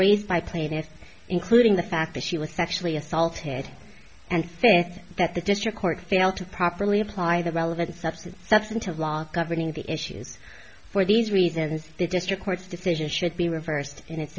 raised by plaintiff including the fact that she was sexually assaulted and faith that the district court failed to properly apply the relevant substance substantive law governing the issues for these reasons the district court's decision should be reversed in its